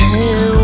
Hey